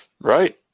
Right